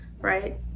right